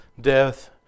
death